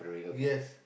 yes